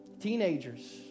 Teenagers